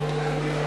נתקבלה.